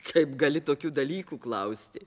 kaip gali tokių dalykų klausti